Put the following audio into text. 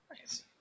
Nice